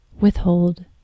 withhold